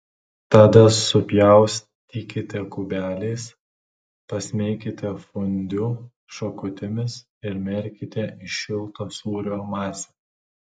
tada supjaustykite kubeliais pasmeikite fondiu šakutėmis ir merkite į šiltą sūrio masę